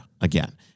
again